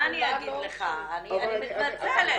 מה אני אגיד לך, אני מתנצלת.